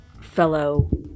fellow